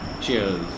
cheers